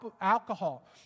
alcohol